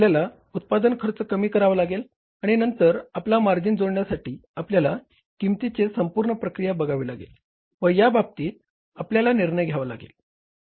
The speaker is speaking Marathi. आपल्याला उत्पादन खर्च कमी करावा लागेल आणि नंतर आपला मार्जिन जोडण्यासाठी आपल्याला किंमतीची संपूर्ण प्रक्रिया बघावी लागेल व या बाबतीत आपल्याला निर्णय घ्यावा लागेल